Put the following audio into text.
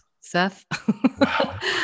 Seth